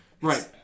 Right